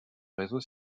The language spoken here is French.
réseau